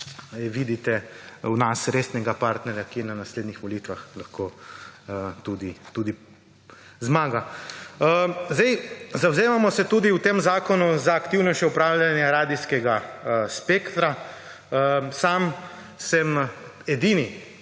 vidite v nas resnega partnerja, ki na naslednjih volitvah lahko tudi zmaga. Zavzemamo se tudi v tem zakonu za aktivnejše upravljanje radijskega spektra. Sam sem edini,